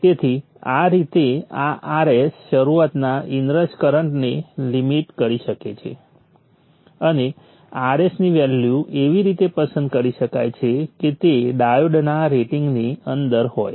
તેથી આ રીતે આ Rs શરુઆતના ઇનરશ કરંટને લિમિટ કરી શકે છે અને Rs ની વેલ્યુ એવી રીતે પસંદ કરી શકાય છે કે તે ડાયોડના રેટિંગની અંદર હોય